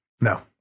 No